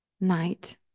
night